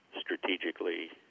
strategically